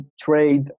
trade